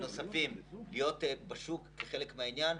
נוספים להיות בשוק, זה חלק מהעניין.